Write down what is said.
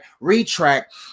retract